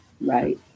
Right